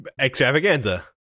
Extravaganza